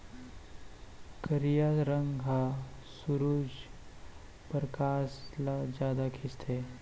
करिया रंग ह सुरूज परकास ल जादा खिंचथे